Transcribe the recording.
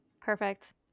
Perfect